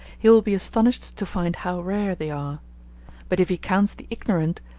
he will be astonished to find how rare they are but if he counts the ignorant,